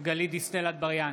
גלית דיסטל אטבריאן,